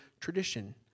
tradition